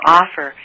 offer